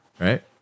Right